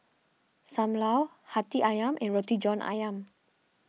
Sam Lau Hati Ayam and Roti John Ayam